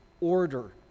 order